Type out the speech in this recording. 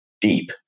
deep